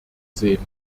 sehen